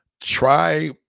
Try